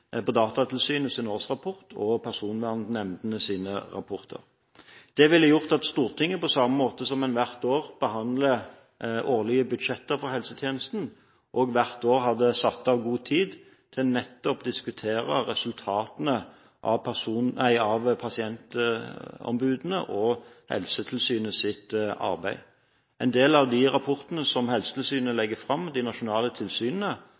på Datatilsynets årsrapport og personvernnemndenes rapporter. Det ville gjort at Stortinget, på samme måte som en hvert år behandler årlige budsjetter for helsetjenesten, hvert år hadde satt av god tid til nettopp å diskutere resultatene av pasientombudenes og Helsetilsynets arbeid. En del av de rapportene som Helsetilsynet legger fram om de nasjonale tilsynene,